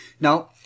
Now